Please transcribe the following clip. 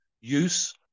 use